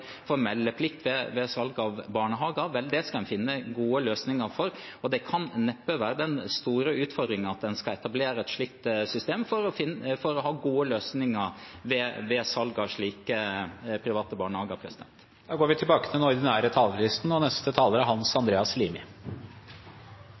ved salg av barnehager, skal en finne gode løsninger for det. Det kan neppe være den store utfordringen at en skal etablere et slikt system for å ha gode løsninger ved salg av private barnehager. Replikkordskiftet er omme. Denne høsten har vi opplevd at andre partier kappes om å øke skatter og